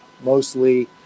mostly